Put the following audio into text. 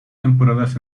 temporadas